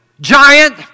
giant